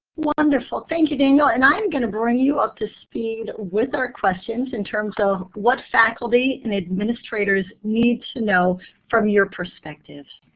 wonderful. thank you, daniel. and i'm going to bring you up to speed with our questions in terms of what faculty and administrators need to know from your perspectives.